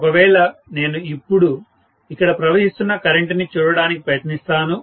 ఒకవేళ నేను ఇప్పుడు ఇక్కడ ప్రవహిస్తున్న కరెంటు ని చూడడానికి ప్రయత్నిస్తాను